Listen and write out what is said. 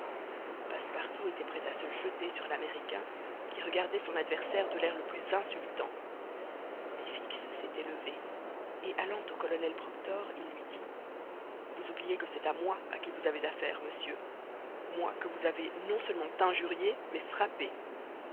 passepartout était prêt à se jeter sur l'américain qui regardait son adversaire de l'air le plus insultant mais fix s'était levé et allant au colonel proctor il lui dit vous oubliez que c'est moi à qui vous avez affaire monsieur moi que vous avez non seulement injurié mais frappé